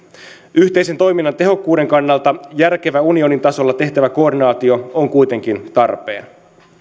yhteisen toiminnan tehokkuuden kannalta järkevä unionin tasolla tehtävä koordinaatio on kuitenkin tarpeen